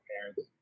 parents